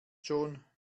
schon